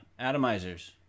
atomizers